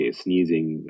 sneezing